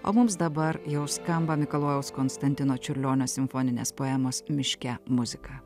o mums dabar jau skamba mikalojaus konstantino čiurlionio simfoninės poemos miške muzika